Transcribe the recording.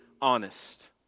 honest